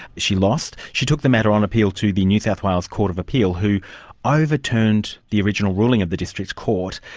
she lost. she took the matter on appeal to the new south wales court of appeal, who overturned the original ruling of the district court.